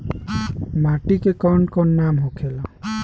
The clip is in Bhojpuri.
माटी के कौन कौन नाम होखे ला?